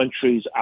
countries